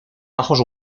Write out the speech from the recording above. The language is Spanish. bajos